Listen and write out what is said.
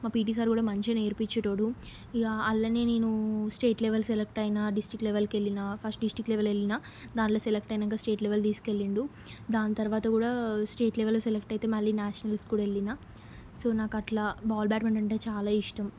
మా PT sir కూడా మంచిగ నేర్పించేటోడు ఇక వాళ్ళనే నేనూ స్టేట్ లెవల్ సెలక్ట్ అయినా డిస్టిక్ లెవలుకెళ్ళినా ఫస్ట్ డిస్టిక్ లెవల్ వెళ్ళినా దాంట్లో సెలక్ట్ అయినాక స్టేట్ లెవల్ తీసుకెళ్ళిండు దాని తరువాత కూడా స్టేట్ లెవల్లో సెలక్ట్ అయితే నేషనల్స్కి కూడా వెళ్ళినా సో నాకు అట్లా బాల్ బ్యాట్మెంటెన్ అంటే చాలా ఇష్టం